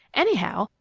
anyhow,